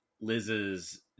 liz's